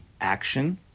action